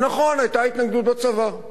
ונכון, היתה התנגדות בצבא.